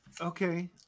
Okay